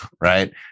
right